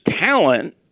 talent